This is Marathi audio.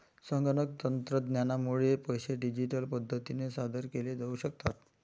संगणक तंत्रज्ञानामुळे पैसे डिजिटल पद्धतीने सादर केले जाऊ शकतात